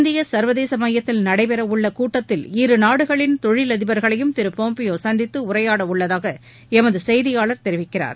இந்திய சர்வதேச மையத்தில் நடைபெற உள்ள கூட்டத்தில் இரு நாடுகளின் தொழில் அதிபர்களையும் திரு பாம்பியோ சந்தித்து உரையாட உள்ளதாக எமது செய்தியாளர் தெரிவிக்கிறார்